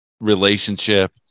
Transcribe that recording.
relationship